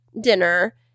dinner